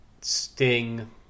sting